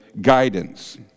guidance